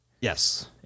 Yes